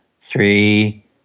three